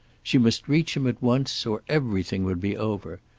she must reach him at once, or everything would be over.